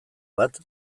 bat